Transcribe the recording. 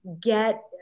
get